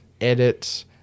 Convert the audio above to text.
edit